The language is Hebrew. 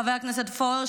חבר הכנסת פורר,